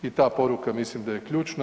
I ta poruka mislim da je ključna.